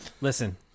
Listen